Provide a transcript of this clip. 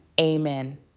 amen